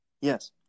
Yes